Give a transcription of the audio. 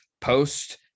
post